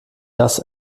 das